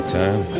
time